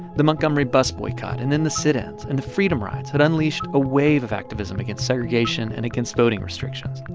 the montgomery bus boycott and then the sit-ins and the freedom rides had unleashed a wave of activism against segregation and against voting restrictions.